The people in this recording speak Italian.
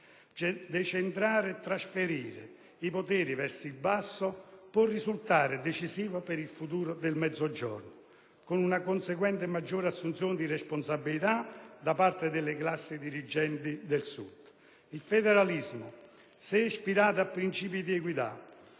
Decentrare e trasferire i poteri verso il basso può risultare decisivo per il futuro del Mezzogiorno, con una conseguente maggiore assunzione di responsabilità da parte delle classi dirigenti del Sud. Il federalismo, se ispirato a principi di equità,